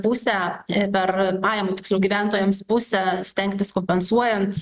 pusę per pajamų tiksliau gyventojams pusę stengtis kompensuojant